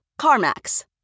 CarMax